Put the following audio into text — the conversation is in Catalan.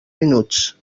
minuts